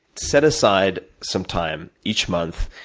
set aside some time each month,